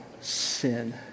sin